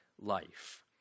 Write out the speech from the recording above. life